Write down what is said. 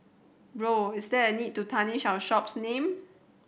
Bro is there a need to tarnish our shop's name